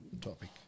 topic